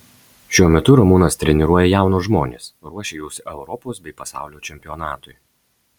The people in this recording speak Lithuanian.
šiuo metu ramūnas treniruoja jaunus žmones ruošia juos europos bei pasaulio čempionatui